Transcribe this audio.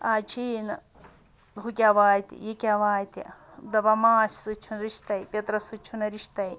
آز چھِ یی نہٕ ہُہ کیٛاہ واتہِ یہِ کیٛاہ واتہِ دَپان ماسہِ سۭتۍ چھُنہٕ رِشتَے پیٚترَس سۭتۍ چھُنہٕ رِشتَے